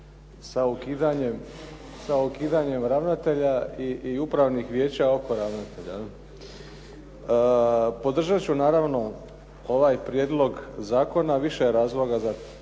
sa ukidanjem ravnatelja i upravnih vijeća oko ravnatelja. Podržat ću naravno ovaj prijedlog zakona, više je razloga za